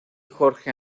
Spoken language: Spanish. jorge